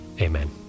Amen